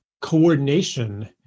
coordination